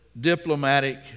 diplomatic